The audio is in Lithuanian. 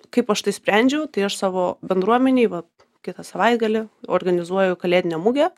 kaip aš tai išsprendžiau tai aš savo bendruomenei va kitą savaitgalį organizuoju kalėdinę mugę